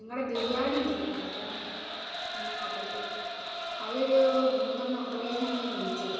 നിങ്ങളുടെ ബിരിയാണിയുണ്ടല്ലോ എൻ്റെ പൊന്നേ യമ്മാ പൊളിയാണ് അതൊരു മൂന്നെണ്ണം ഓർഡർ ചെയ്യാനാണ് ഞാൻ വിളിച്ചത്